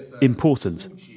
important